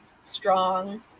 strong